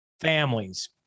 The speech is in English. families